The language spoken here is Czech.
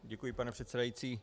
Děkuji, pane předsedající.